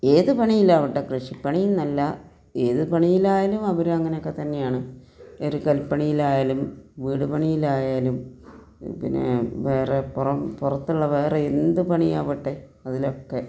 ഏത് പണിയിലാവട്ടെ കൃഷിപ്പണി എന്നല്ല ഏത് പണിയിലായാലും അവർ അങ്ങനെയൊക്കെ തന്നെയാണ് ഒരു കൽപ്പണിയിലായാലും വീട് പണിയിലായാലും പിന്നെ വേറെ പുറം പുറത്തുള്ള വേറെ എന്ത് പണിയാവട്ടെ അതിലൊക്കെ